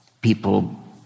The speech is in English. people